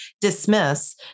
dismiss